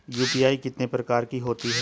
UPI कितने प्रकार की होती हैं?